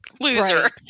loser